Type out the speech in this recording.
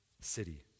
city